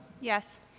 Yes